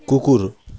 कुकुर